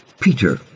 Peter